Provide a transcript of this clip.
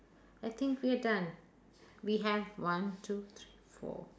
I think we are done we have one two three four